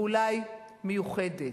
ואולי מיוחדת.